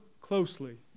closely